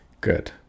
Good